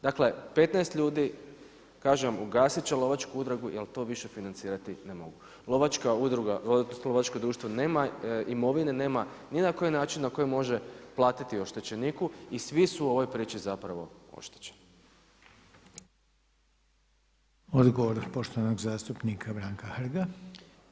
Dakle 15 ljudi, kažem ugasiti će lovačku udrugu jer to više financirati ne mogu, lovačka udruga, odnosno lovačko društvo nema imovine, nema ni na koji način na koji može platiti oštećeniku i svi su u ovoj priči zapravo oštećeni.